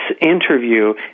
interview